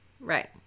Right